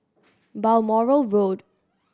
Balmoral Road